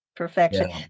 perfection